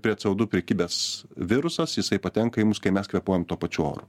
prie co du prikibęs virusas jisai patenka į mus kai mes kvėpuojam tuo pačiu oru